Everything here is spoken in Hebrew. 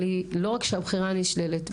אבל לא רק שהבחירה נשללת,